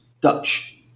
Dutch